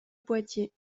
poitiers